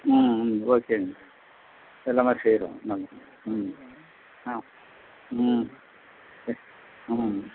ம் ம் ஓகேங்க எல்லாேமே செய்கிறோம் நாங்கள் ம் ஆ ம் ம்